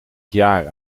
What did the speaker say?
jaar